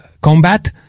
combat